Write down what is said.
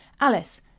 Alice